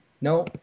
No